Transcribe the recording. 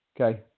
okay